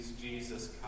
Jesus